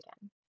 again